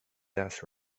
death